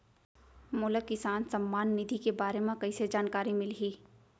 मोला किसान सम्मान निधि के बारे म कइसे जानकारी मिलही?